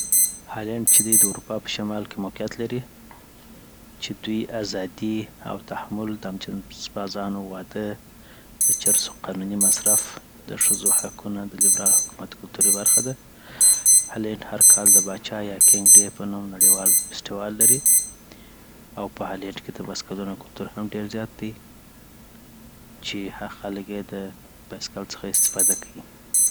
هالنډ چی دی د اروپا په شمال کی موقیعت لري چي دوي ازادي او تحمل د همجنسبازانو واده دچرسو قانونی مصرف د ښځو حقونه د لیبرال حکومت کلتوري برخه ده هالند هرکال د پاچا یا کیګ ډي په نوم نړیوال په فیسټیوال لري او په هالند کي د بایسکلو کلتور هم ډیر زیات دی .چی خلک یی د بایسکل څخه استفاده کي